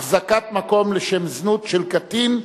אחזקת מקום לשם זנות של קטין),